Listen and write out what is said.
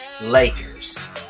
Lakers